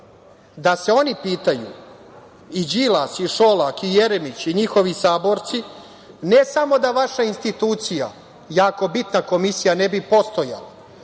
Da se oni pitaju, i Đilas i Šolak i Jeremić i njihovi saborci, ne samo da vaša institucija, jako bitna komisija, ne bi postojala,